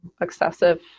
excessive